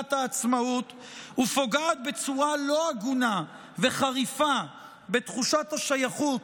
במגילת העצמאות ופוגעת בצורה לא הגונה וחריפה בתחושת השייכות,